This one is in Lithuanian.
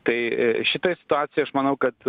tai šitoj situacijoj aš manau kad